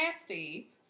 nasty